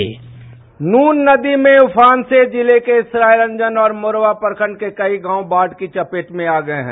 bite Noon नदी में उफान से जिले के सरायरंजन और मोरवा प्रखंड के कई गांव बाढ़ की चपेट में आ गये हैं